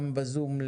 גם בזום,